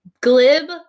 Glib